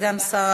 סגן השר